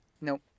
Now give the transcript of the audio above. Nope